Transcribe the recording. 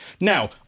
now